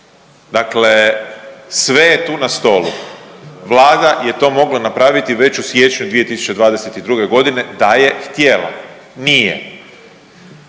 Dakle, sve je tu na stolu. Vlada je to mogla napraviti već u siječnju 2022. godine da je htjela. Nije,